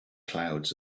clouds